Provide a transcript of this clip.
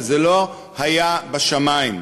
וזה לא היה בשמים?